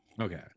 Okay